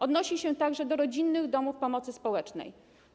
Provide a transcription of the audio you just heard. Odnosi się to także do rodzinnych domów pomocy społecznej.